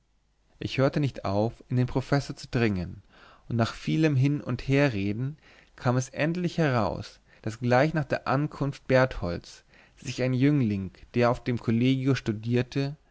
ich hörte nicht auf in den professor zu dringen und nach vielem hin und herreden kam es endlich heraus daß gleich nach der ankunft bertholds sich ein jüngling der auf dem kollegio studierte